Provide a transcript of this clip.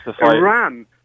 Iran